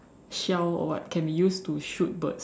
shell or what can be used to shoot birds